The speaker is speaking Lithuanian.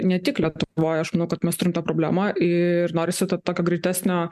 ne tik lietuvoj aš manau kad mes turim tą problemą ir norisi to tokio greitesnio